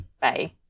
Bye